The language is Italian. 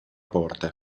porte